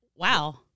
Wow